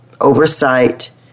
oversight